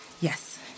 yes